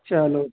چلو